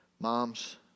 moms